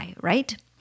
right